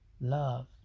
love